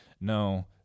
No